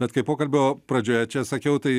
bet kai pokalbio pradžioje čia sakiau tai